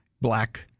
black